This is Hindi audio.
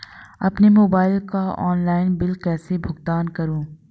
अपने मोबाइल का ऑनलाइन बिल कैसे भुगतान करूं?